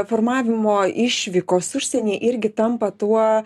formavimo išvykos užsieny irgi tampa tuo